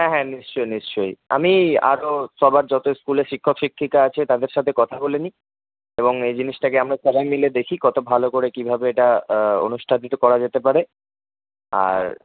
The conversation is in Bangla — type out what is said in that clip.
হ্যাঁ হ্যাঁ নিশ্চয়ই নিশ্চয়ই আমি আরও সবার যত স্কুলের শিক্ষক শিক্ষিকা আছে তাদের সাথে কথা বলে নিই এবং এই জিনিসটাকে আমরা সবাই মিলে দেখি কত ভালো করে কীভাবে এটা অনুষ্ঠিত করা যেতে পারে আর